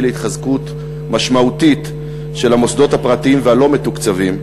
להתחזקות משמעותית של המוסדות הפרטיים והלא-מתוקצבים,